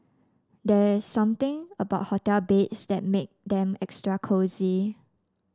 there's something about hotel beds that make them extra cosy